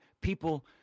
People